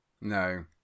No